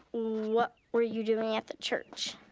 what were you doing at the church?